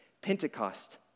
Pentecost